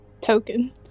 token